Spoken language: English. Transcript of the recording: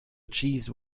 cheese